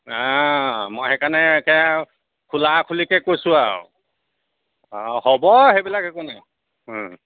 অঁ মই সেইকাৰণে একে আৰু খোলাখুলিকে কৈছোঁ আৰু অ হ'ব সেইবিলাক একো নাই